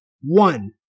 One